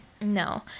no